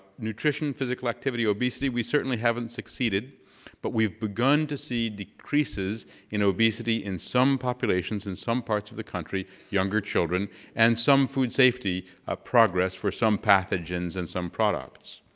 nutrition, physical activity, obesity, we certainly haven't succeeded but we've begun to see decreases in obesity in some populations in some parts of the country, younger children and some food safety a progress for some pathogens and some products.